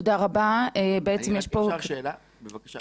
תודה רבה, בעצם יש פה --- אפשר שאלה, בבקשה?